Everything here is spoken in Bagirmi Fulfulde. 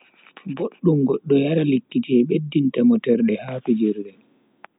Boduum goddo yara lekki je beddinta mo terde ha fijirde.